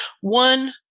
one